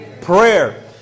prayer